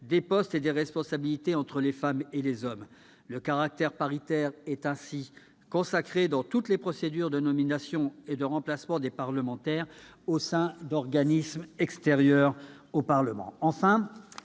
des postes et des responsabilités entre les femmes et les hommes. Très bien ! Le caractère paritaire est ainsi consacré dans toutes les procédures de nomination et de remplacement des parlementaires au sein des organismes extérieurs au Parlement.